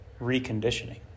reconditioning